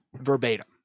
verbatim